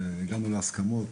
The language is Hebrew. שהגענו עליו להסכמות